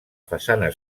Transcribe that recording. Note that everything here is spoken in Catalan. façana